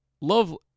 Love